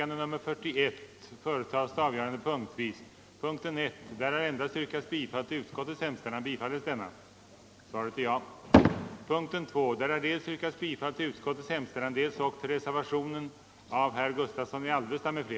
heter till upplåning utomlands för mindre och medelstora företag